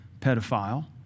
pedophile